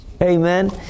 Amen